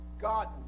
god